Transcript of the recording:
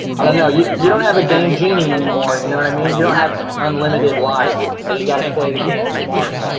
i don't know you you don't have a game genie anymore, you know what i mean. you don't have unlimited lives so you got to play the game smart.